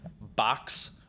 box